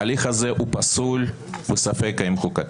ההליך הזה פסול, וספק אם הוא חוקתי.